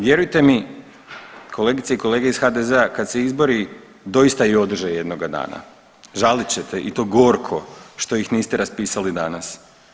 Vjerujte mi kolegice i kolege iz HDZ-a kad se izbori doista i održe jednoga dana žalit ćete i to gorko što ih niste raspisali danas.